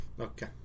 Okay